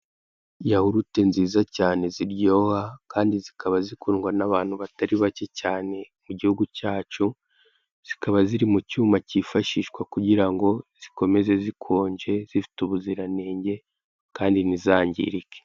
Yawurute nziza cyane ziryoha kandi zikaba zikundwa n'abantu batari bayce cyane mu gihugu cyacu, zikaba ziri mu cyuma cyifashishwa, kugira ngo zikomeze zikonje zifite ubuziranenge kandi ntizangirike.